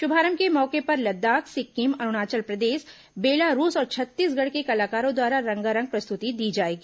शुभारंभ के मौके पर लद्दाख सिक्किम अरूणाचल प्रदेश बेलारूस और छत्तीसगढ़ के कलाकारों द्वारा रंगारंग प्रस्तुति दी जाएगी